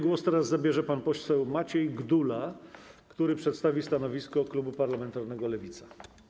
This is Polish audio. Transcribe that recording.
Głos zabierze pan poseł Maciej Gdula, który przedstawi stanowisko klubu parlamentarnego Lewica.